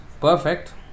perfect